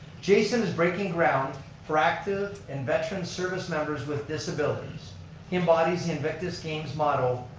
jason is breaking ground for active and veteran service members with disabilities. he embodies the invictus games model,